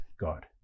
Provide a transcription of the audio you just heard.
God